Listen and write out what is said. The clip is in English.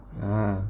ah